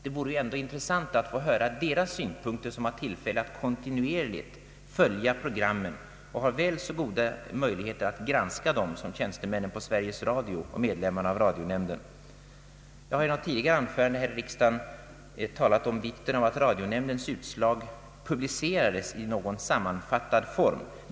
Det skulle vara intressant att få höra deras synpunkter, som har möjlighet att kontinuerligt följa programmen. Jag har vid tidigare tillfällen här i riksdagen talat om vikten av att Radionämndens utslag publiceras i sammanfattad form.